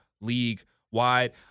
league-wide